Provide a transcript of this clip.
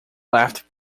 left